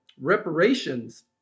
reparations